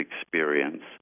experience